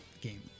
game